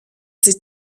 die